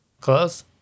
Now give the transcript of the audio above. Close